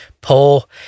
Pull